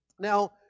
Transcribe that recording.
Now